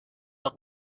the